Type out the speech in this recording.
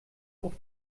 auf